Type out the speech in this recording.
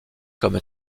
comme